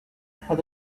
had